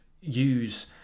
use